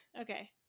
Okay